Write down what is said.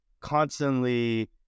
constantly